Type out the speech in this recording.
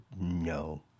no